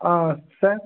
ஆ sir